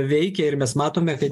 veikia ir mes matome kad